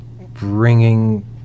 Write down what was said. bringing